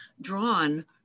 drawn